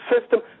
system